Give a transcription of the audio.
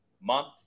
month